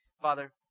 Father